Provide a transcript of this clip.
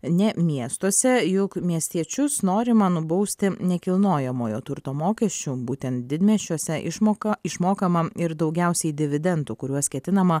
ne miestuose juk miestiečius norima nubausti nekilnojamojo turto mokesčiu būtent didmiesčiuose išmoka išmokama ir daugiausiai dividendų kuriuos ketinama